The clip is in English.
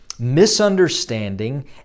misunderstanding